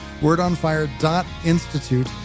Wordonfire.institute